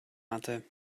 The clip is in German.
hatte